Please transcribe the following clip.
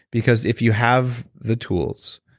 because if you have the tools.